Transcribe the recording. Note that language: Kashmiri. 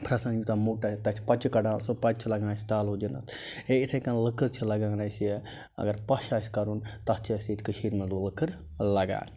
پھرٛٮ۪سَن یوٗتاہ موٚٹ آسہِ تَتھ چھِ پچہِ کَڑان سۄ پچہِ چھِ لَگان اَسہِ تالوٗ دِنَس یا یِتھَے کَنۍ لٔکٕر چھِ لَگان اَسہِ اگر پَش آسہِ کَرُن تَتھ چھِ اَسہِ ییٚتہِ کٲشیٖرِ منٛز لوکٕر لَگان